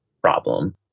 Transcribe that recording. problem